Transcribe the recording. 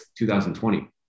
2020